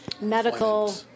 medical